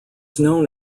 known